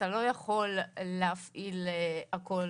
אתה לא יכול להפעיל הכול